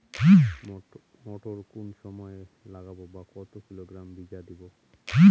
মটর কোন সময় লাগাবো বা কতো কিলোগ্রাম বিঘা দেবো?